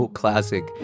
classic